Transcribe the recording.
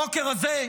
הבוקר הזה פורסם,